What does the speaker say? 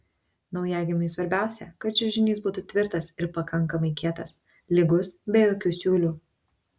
naujagimiui svarbiausia kad čiužinys būtų tvirtas ir pakankamai kietas lygus be jokių siūlių